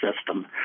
system